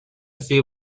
few